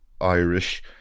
Irish